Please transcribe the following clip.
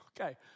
Okay